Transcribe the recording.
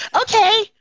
okay